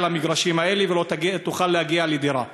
למגרשים האלה ולא תוכל להגיע לדירה.